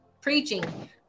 preaching